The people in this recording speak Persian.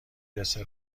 دسر